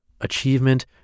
Achievement